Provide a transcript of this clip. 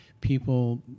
people